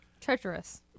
treacherous